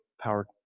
power